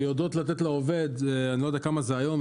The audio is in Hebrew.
שיודעות לתת לעובד, כמה זה היום?